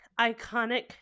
Iconic